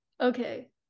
okay